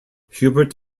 hubert